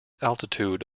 altitude